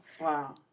wow